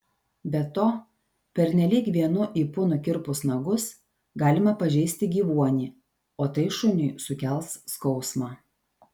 be to pernelyg vienu ypu nukirpus nagus galima pažeisti gyvuonį o tai šuniui sukels skausmą